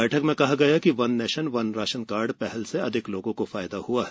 बैठक में कहा गया कि one nation one ration card पहल से अधिक लोगों को फायदा हुआ है